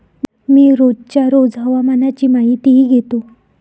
मी रोजच्या रोज हवामानाची माहितीही घेतो